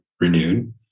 renewed